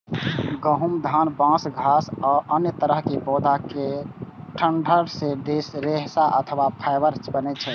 गहूम, धान, बांस, घास आ अन्य तरहक पौधा केर डंठल सं रेशा अथवा फाइबर बनै छै